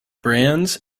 brands